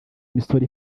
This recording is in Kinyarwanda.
imisoro